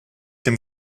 dem